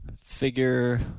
figure